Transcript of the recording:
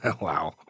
wow